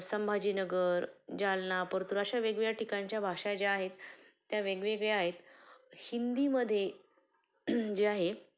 संभाजीनगर जालना परतूर अशा वेगवेगळ्या ठिकाणच्या भाषा ज्या आहेत त्या वेगवेगळ्या आहेत हिंदीमध्ये जे आहे